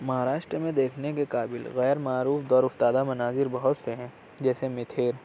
مہاراشٹر میں دیکھنے کے قابل غیرمعروف دور افتادہ مناظر بہت سے ہیں جیسے میتھیر